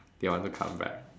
they want to come back